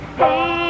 hey